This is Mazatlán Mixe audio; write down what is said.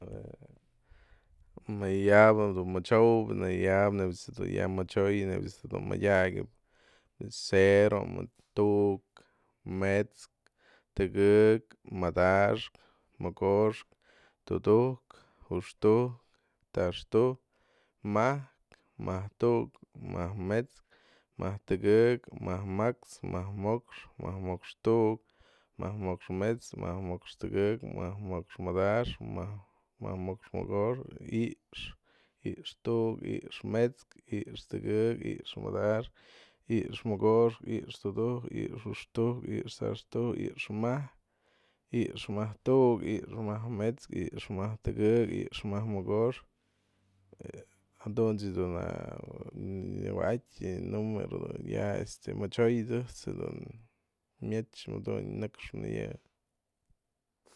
Më ya'abë moxyowët daya'abë nebyë ëjt's do'o ya moxyoyën mëdyak cero, mët tu'uk, mets'kë, tëgëk, madaxkë, mogoxkë, tudujkë, juxtujkë, taxtujk, majkë, majk tu'uk, majk mets'kë, majk tëgëk, majk ma'ax, majk mo'ox, majk mo'ox tu'uk, majk mo'ox mets'kë, majk mo'ox tëgëk, majk mo'ox madaxkë, majk mo'ox mogoxkë, i'ixë, i'ixë tu'uk, i'ixë mets'kë, i'ixë tëgëk, i'ixë madaxkë, i'ixëmogoxkë, i'ixë tudujkë, i'ixë juxtujkë, i'ixë taxtujk, i'ixë majkë, i'ixë majkë tu'uk, i'ixë majkë mets'kë, i'ixë majkë tëgëk, i'ixë majkë mogoxkë, jaduntyë da'a dun na'a wa'atyë yë numero ya'a este moxyoyet's ejt's dun myet's muduntyë yë nëxpnë yë.